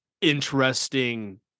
interesting